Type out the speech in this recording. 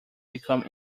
become